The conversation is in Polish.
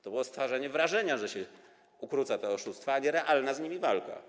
To było stwarzanie wrażenia, że się ukróca te oszustwa, a nie realna z nimi walka.